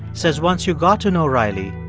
says once you got to know riley,